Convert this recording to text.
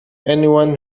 everyone